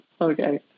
Okay